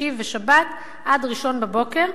שישי ושבת עד ראשון בבוקר,